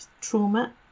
trauma